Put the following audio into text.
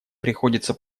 приходится